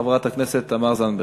חברת הכנסת תמר זנדברג.